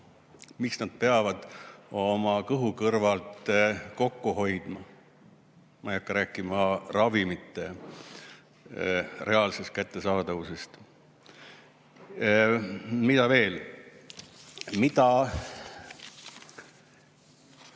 miks nad peavad oma kõhu kõrvalt kokku hoidma. Ma ei hakka rääkima ravimite reaalsest kättesaadavusest. Mis veel? Hiljuti